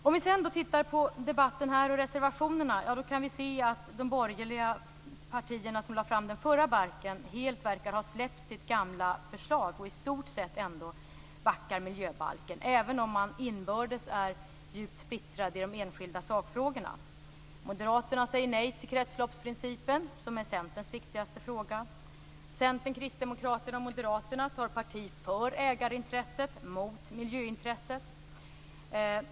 Om vi tittar på debatten och på reservationerna kan vi se att de borgerliga partierna, som lade fram den förra balken, helt verkar ha släppt sitt gamla förslag. I stort sett backar man upp miljöbalken även om man inbördes är djupt splittrad i de enskilda sakfrågorna. Moderaterna säger nej till kretsloppsprincipen, som är Centerns viktigaste fråga. Centern, Kristdemokraterna och Moderaterna tar parti för ägarintresset mot miljöintresset.